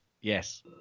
Yes